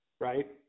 right